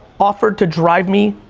offer to drive me,